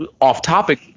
off-topic